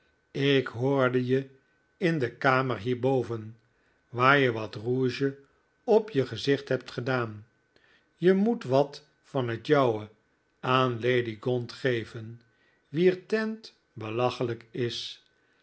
ik hoorde je in de kamer hierboven waar je wat rouge op je gezicht hebt gedaan je moet wat van het jouwe aan lady gaunt geven wier teint belachelijk is